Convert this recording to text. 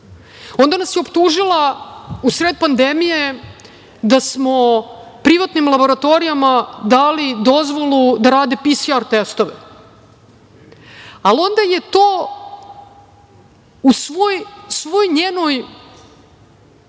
Onda nas je optužila u sred pandemije da smo privatnim laboratorijama dali dozvolu da rade PSR testove, ali onda je to u svoj njenoj